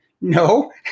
No